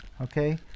Okay